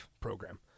program